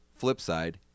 Flipside